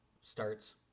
starts